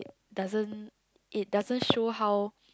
doesn't it doesn't show how